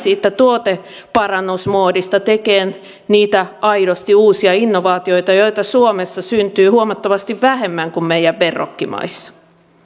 siitä tuoteparannusmoodista tekemään niitä aidosti uusia innovaatioita joita suomessa syntyy huomattavasti vähemmän kuin meidän verrokkimaissamme